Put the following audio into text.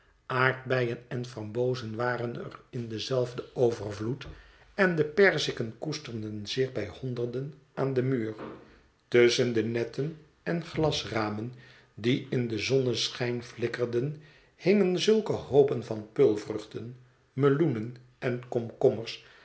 aardbeien en frambozen waren er in denzelfden overvloed en de perziken koesterden zich bij honderden aan den muur tusschen de netten en glasramen die in den zonneschijn flikkerden hingen zulke hoopen van peulvruchten meloenen en komkommers